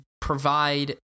provide